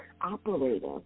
operator